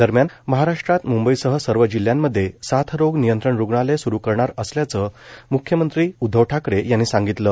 दरम्यान महाराष्ट्रात मुंबईसह सर्व जिल्ह्यांमध्ये साथरोग नियंत्रण रुग्णालये स्रू करणार असल्याचे मुख्यमंत्री उद्धव ठाकरे यांनी सांगितले